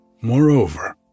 Moreover